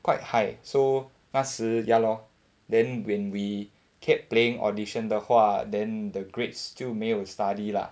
quite high so 那时 ya lor then when we kept playing Audition 的话 then the grades 就没有 study lah